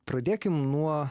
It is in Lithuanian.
pradėkim nuo